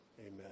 Amen